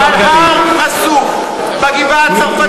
ועל הר חשוף: בגבעה-הצרפתית,